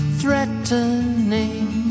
threatening